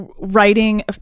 writing